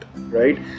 right